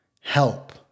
help